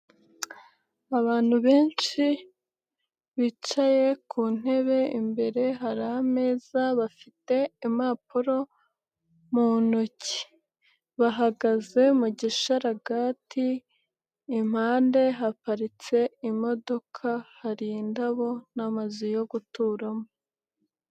Abantu benshi bicaye ku ntebe, imbere hari ameza, bafite impapuro mu ntoki, bahagaze mu gisharagati, impande haparitse imodoka, hari indabo n'amazu yo guturamo.